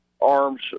arms